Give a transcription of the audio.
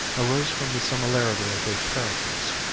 arose from the similarity of their characters.